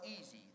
easy